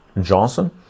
Johnson